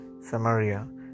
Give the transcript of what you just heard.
Samaria